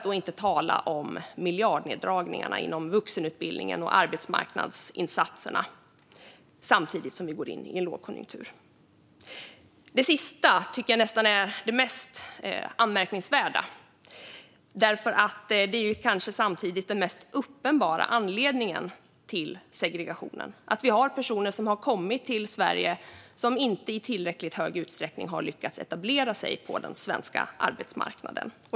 Vi ser också miljardneddragningar inom vuxenutbildning och arbetsmarknadsinsatser samtidigt som vi går in i lågkonjunktur. Det sista tycker jag nästan är mest anmärkningsvärt, eftersom den kanske mest uppenbara anledningen till segregationen är att vi har personer som har kommit till Sverige som inte i tillräckligt hög utsträckning har lyckats etablera sig på den svenska arbetsmarknaden.